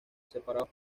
separados